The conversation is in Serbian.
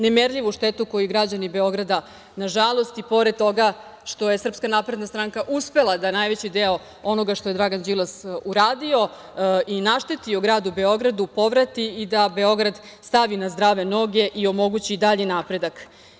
Nemerljivu štetu koju građani Beograda nažalost i pored toga što je SNS uspela da najveći deo onoga što je Dragan Đilas uradio i naštetio Gradu Beogradu, povrati i da Beograd stavi na zdrave noge i omogući dalji napredak.